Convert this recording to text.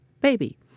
Baby